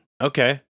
Okay